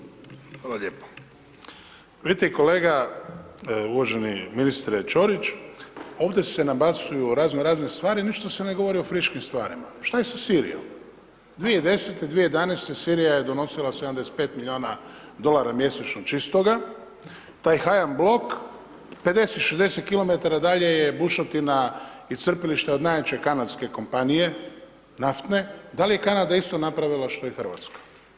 Hvala lijepo, vidite kolega uvaženi ministre Ćorić, ovdje se nabacuju razno razne stvari, ništa se ne govori o friškim stvarima, šta je sa Sirijom, 2010., 2011., Sirija je donosila 75 miliona dolara mjesečno čistoga, taj hajam blog 50 60 km dalje je bušotina i crpilište od najjače kanadske kompanije naftne, da li je Kanada isto napravila što i Hrvatska?